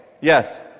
Yes